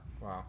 Wow